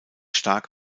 stark